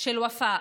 של ופאא,